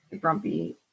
grumpy